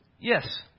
Yes